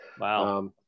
Wow